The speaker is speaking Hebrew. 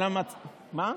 על המגמה.